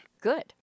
Good